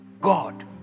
God